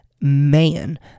man